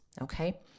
Okay